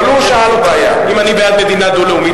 אבל הוא שאל אותי אם אני בעד מדינה דו-לאומית.